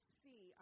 see